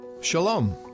Shalom